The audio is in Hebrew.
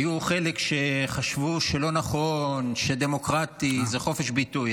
היו חלק שחשבו שלא נכון, דמוקרטיה, חופש ביטוי.